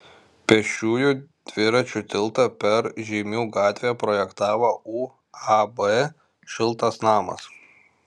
pėsčiųjų dviračių tiltą per žeimių gatvę projektavo uab šiltas namas